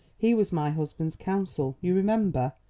he was my husband's counsel, you remember.